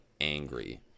angry